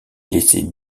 laissait